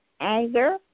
anger